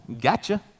Gotcha